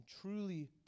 truly